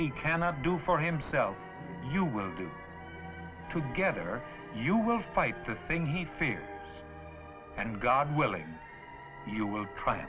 he cannot do for himself you will do together you will fight the thing he fears and god willing you will try